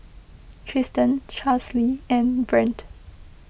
Tristian Charlsie and Brent